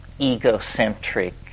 egocentric